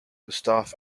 gustaf